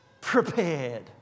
prepared